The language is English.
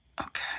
Okay